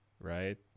Right